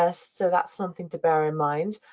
ah so that's something to bear in mind.